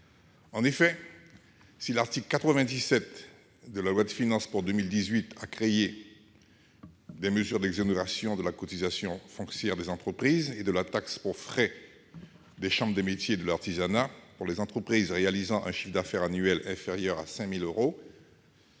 Si l'article 97 de la loi de finances pour 2018 a acté des mesures d'exonération de la cotisation foncière des entreprises, la CFE, et de la taxe pour frais de chambres de métiers et de l'artisanat pour les entreprises réalisant un chiffre d'affaires annuel inférieur à 5 000 euros,